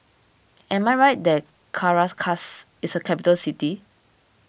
am I right that Caracas is a capital city